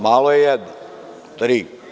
Malo je jedna - tri.